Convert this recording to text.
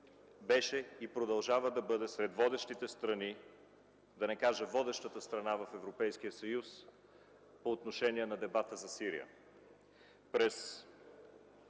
беше и продължава да бъде сред водещите страни, да не кажа водещата страна, в Европейския съюз по отношение на дебата за Сирия.